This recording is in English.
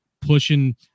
pushing